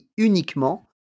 uniquement